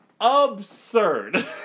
Absurd